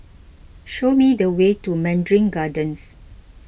show me the way to Mandarin Gardens